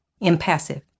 impassive